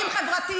כבר.